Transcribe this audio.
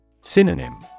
Synonym